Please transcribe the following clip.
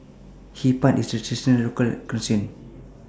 Hee Pan IS Traditional Local Cuisine